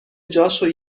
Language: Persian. جاشو